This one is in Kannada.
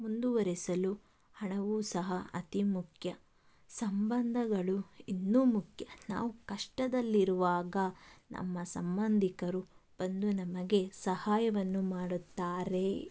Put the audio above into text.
ಮುಂದುವರೆಸಲು ಹಣವೂ ಸಹ ಅತೀ ಮುಖ್ಯ ಸಂಬಂಧಗಳು ಇನ್ನೂ ಮುಖ್ಯ ನಾವು ಕಷ್ಟದಲ್ಲಿರುವಾಗ ನಮ್ಮ ಸಂಬಂಧಿಕರು ಬಂದು ನಮಗೆ ಸಹಾಯವನ್ನು ಮಾಡುತ್ತಾರೆ